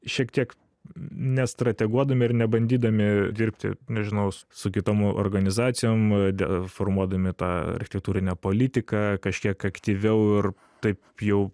šiek tiek nestrateguodami ir nebandydami dirbti nežinau su kitom organizacijom deformuodami tą architektūrinę politiką kažkiek aktyviau ir taip jau